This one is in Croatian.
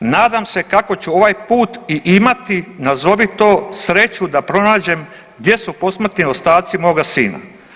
Nadam se kako ću ovaj put i imati nazovi to sreću da pronađem gdje su posmrtni ostaci moga sina.